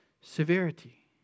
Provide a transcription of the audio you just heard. severity